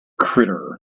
critter